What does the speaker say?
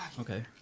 Okay